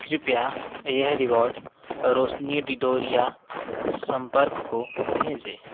कृप्या यह रिवॉर्ड रोशनी ढिंढोरिया संपर्क को भेजे